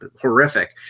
horrific